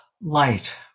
light